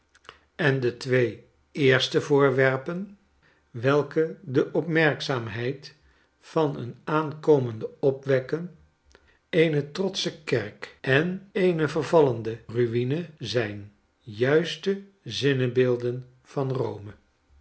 en de twee eerste voorwerpen welke de opmerkzaamheid van een aankomende opwekken eene trotsche kerk en eene vervallende ruine zijn juiste zinnebeelden van rome